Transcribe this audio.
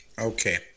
Okay